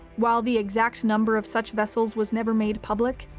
while the exact number of such vessels was never made public,